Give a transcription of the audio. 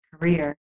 career